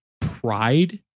pride